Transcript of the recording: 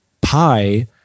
Pi –